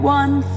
one